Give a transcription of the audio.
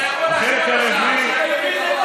אתה יכול להשאיר אותו שם.